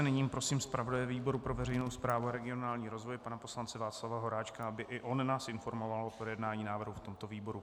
Nyní prosím zpravodaje výboru pro veřejnou správu a regionální rozvoj pana poslance Václava Horáčka, aby i on nás informoval o projednání návrhu v tomto výboru.